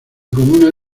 comuna